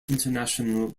international